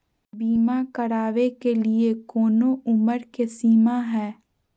बीमा करावे के लिए कोनो उमर के सीमा है?